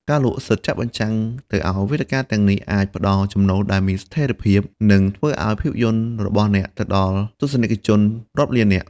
ការលក់សិទ្ធិចាក់បញ្ចាំងទៅឲ្យវេទិកាទាំងនេះអាចផ្តល់ចំណូលដែលមានស្ថិរភាព និងធ្វើឲ្យភាពយន្តរបស់អ្នកទៅដល់ទស្សនិកជនរាប់លាននាក់។